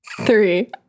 Three